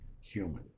human